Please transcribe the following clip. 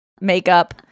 makeup